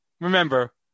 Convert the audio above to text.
remember